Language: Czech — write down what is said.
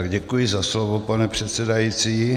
Děkuji za slovo, pane předsedající.